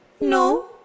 No